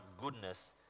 goodness